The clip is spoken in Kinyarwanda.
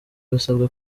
basabwa